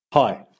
Hi